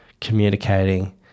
communicating